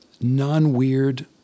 non-weird